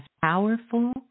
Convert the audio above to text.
powerful